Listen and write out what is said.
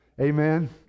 Amen